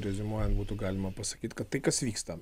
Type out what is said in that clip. reziumuojant būtų galima pasakyt kad tai kas vyksta